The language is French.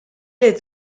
est